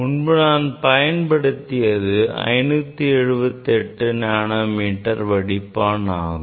முன்பு நான் பயன்படுத்தியது 578 நானோமீட்டர் வடிப்பான் ஆகும்